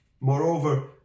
Moreover